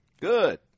Good